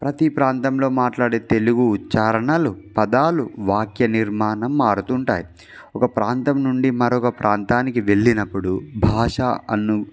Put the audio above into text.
ప్రతి ప్రాంతంలో మాట్లాడే తెలుగు ఉచ్చారణలు పదాలు వాక్యనిర్మాణం మారుతుంటాయి ఒక ప్రాంతం నుండి మరొక ప్రాంతానికి వెళ్ళినప్పుడు భాష అను